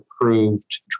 approved